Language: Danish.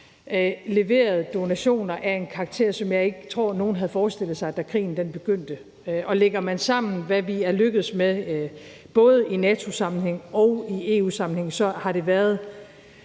leveret donationer af en karakter, som jeg ikke tror nogen havde forestillet sig, da krigen begyndte. Lægger man sammen, hvad vi er lykkedes med både i NATO-sammenhæng og i EU-sammenhæng, så har det været